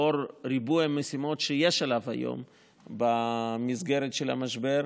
לאור ריבוי המשימות שיש לו היום במסגרת המשבר,